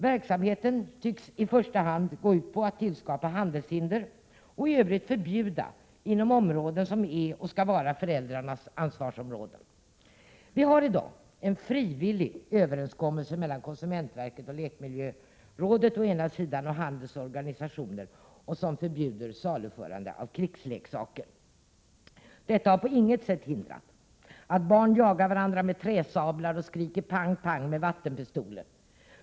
Verksamheten tycks gå ut på att i första hand tillskapa handelshinder och i övrigt införa förbud inom områden som är och skall vara föräldrarnas ansvarsområden. Herr talman! Vi har i dag mellan konsumentverket och barnmiljörådet å ena sidan och handelns organisationer å andra sidan en frivillig överenskommelse, som förbjuder saluförande av krigsleksaker. Detta har på intet sätt förhindrat att barn jagar varandra med träsablar och skriker pang, pang med vattenpistoler.